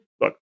Look